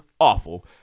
awful